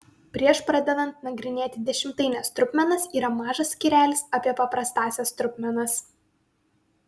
prieš pradedant nagrinėti dešimtaines trupmenas yra mažas skyrelis apie paprastąsias trupmenas